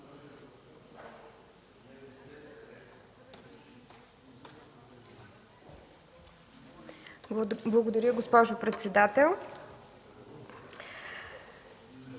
Благодаря, госпожо председател.